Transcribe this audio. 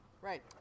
Right